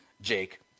Jake